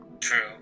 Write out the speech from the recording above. True